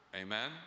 Amen